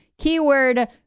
Keyword